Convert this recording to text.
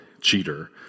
cheater